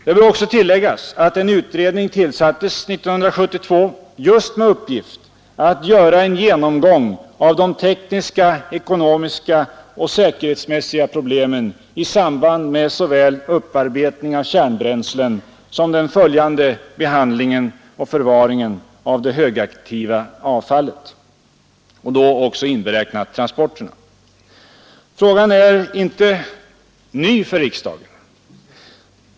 Det bör också tilläggas att en utredning tillsattes 1972 med uppgift att göra en genomgång av de tekniska, ekonomiska och säkerhetsmässiga problemen i samband med såväl upparbetning av kärnbränslen som den följande behandlingen och förvaringen av det högaktiva avfallet, transporterna då också inräknade. Frågan är inte ny för riksdagen.